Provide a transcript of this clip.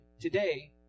today